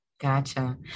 Gotcha